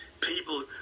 people